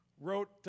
wrote